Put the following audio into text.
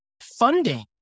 Funding